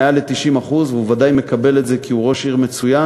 למעלה מ-90% והוא בוודאי מקבל את זה כי הוא ראש עיר מצוין,